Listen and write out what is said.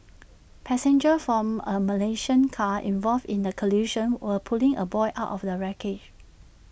passengers from A Malaysian car involved in the collision were pulling A boy out of the wreckage